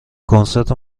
کنسرت